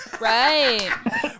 Right